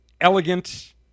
elegant